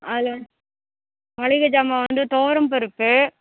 அதில் மளிகை சாமான் வந்து துவரம் பருப்பு